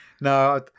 No